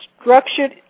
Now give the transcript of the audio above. structured